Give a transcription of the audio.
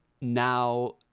now